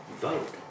vote